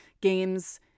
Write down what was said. games